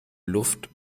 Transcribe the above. luft